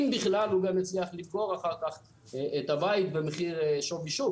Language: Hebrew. אם בכלל הוא גם יצליח למכור אחר כך את הבית במחיר שווי שוק.